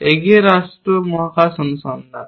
এগিয়ে রাষ্ট্র মহাকাশ অনুসন্ধান